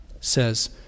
says